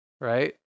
Right